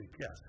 yes